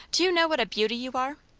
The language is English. do you know what a beauty you are?